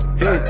hey